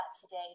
today